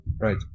Right